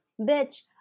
bitch